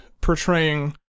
portraying